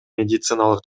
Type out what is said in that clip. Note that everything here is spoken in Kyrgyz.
медициналык